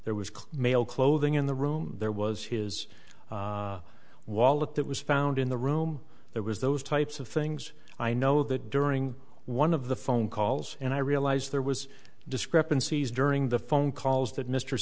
there was clear male clothing in the room there was his wallet that was found in the room there was those types of things i know that during one of the phone calls and i realized there was discrepancies during the phone calls that mr